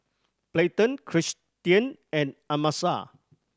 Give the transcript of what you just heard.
Payton Cristian and Amasa